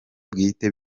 bwite